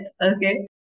Okay